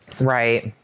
Right